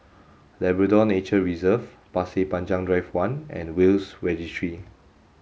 Labrador Nature Reserve Pasir Panjang Drive one and Will's Registry